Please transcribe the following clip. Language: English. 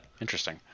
interesting